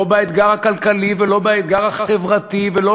לא באתגר הכלכלי ולא באתגר החברתי ולא